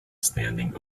standing